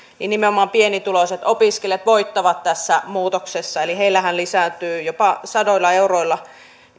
nimenomaan pienituloiset opiskelijat voittavat tässä muutoksessa eli pienituloisimmillahan lisääntyy jopa sadoilla euroilla